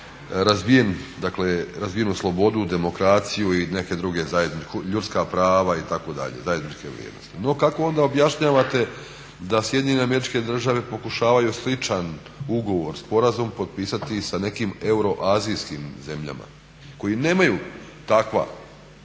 koje imaju razvijenu slobodu, demokraciju i ljudska prava itd. zajedničke vrijednosti. No kako onda objašnjavate da SAD pokušavaju sličan ugovor, sporazum potpisati sa nekim euroazijskim zemljama koji nemaju te